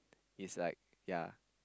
it's like ya